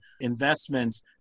investments